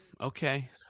Okay